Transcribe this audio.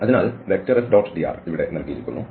അതിനാൽ F⋅dr ഇവിടെ നൽകിയിരിക്കുന്നു